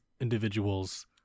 individuals